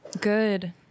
good